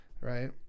right